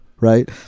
Right